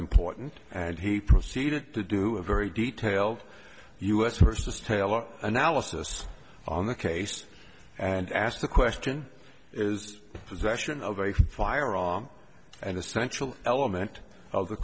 important and he proceeded to do a very detailed u s versus taylor analysis on the case and asked the question is possession of a firearm an essential element of the